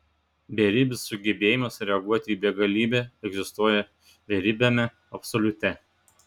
beribis sugebėjimas reaguoti į begalybę egzistuoja beribiame absoliute